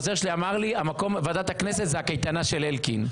לי: ועדת הכנסת זה הקייטנה של אלקין.